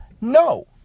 No